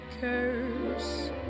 curse